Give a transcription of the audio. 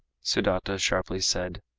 sudata sharply said,